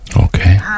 Okay